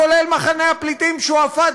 כולל כפר עקב ומחנה הפליטים שועפאט,